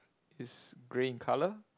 is grey in colour